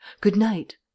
good-night